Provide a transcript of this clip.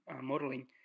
modeling